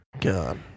God